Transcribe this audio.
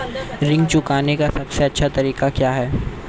ऋण चुकाने का सबसे अच्छा तरीका क्या है?